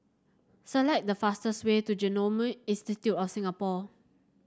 select the fastest way to Genome Institute of Singapore